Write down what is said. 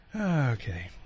Okay